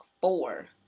four